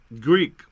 Greek